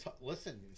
Listen